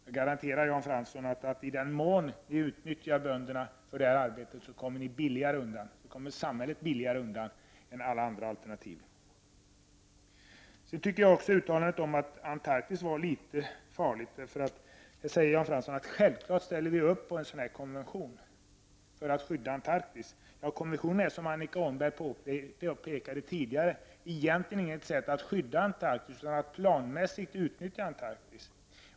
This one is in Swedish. Jag garanterar Jan Fransson att om man utnyttjar bönderna för det här arbetet kommer samhället billigare undan än vid alla andra alternativ. Jag tycker att också uttalandet om Antarktis var litet farligt. Där sade Jan Fransson att vi självfallet ställer upp på en konvention på att skydda Antarktis. Men konventionen är, som Annika Åhnberg tidigare påpekade, egentligen inte ett sätt att skydda Antarktis utan ett sätt att planmässigt utnyttja Antarktis.